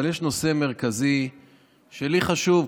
אבל יש נושא מרכזי שלי חשוב.